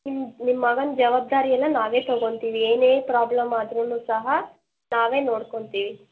ನಿಮ್ಮ ನಿಮ್ಮ ಮಗನ ಜವಾಬ್ದಾರಿ ಎಲ್ಲ ನಾವೇ ತಗೊತೀವಿ ಏನೇ ಪ್ರೊಬ್ಲೆಮ್ ಆದ್ರೂ ಸಹ ನಾವೇ ನೋಡ್ಕೊತೀವಿ